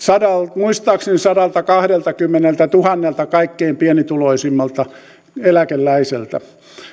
muistaakseni sadaltakahdeltakymmeneltätuhannelta kaikkein pienituloisimmalta eläkeläiseltä